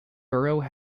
borough